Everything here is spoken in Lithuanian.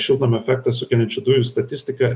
šiltnamio efektą sukeliančių dujų statistiką